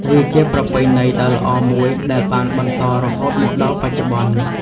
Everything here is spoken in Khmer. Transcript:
វាជាប្រពៃណីដ៏ល្អមួយដែលបានបន្តរហូតមកដល់បច្ចុប្បន្ន។